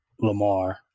Lamar